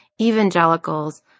evangelicals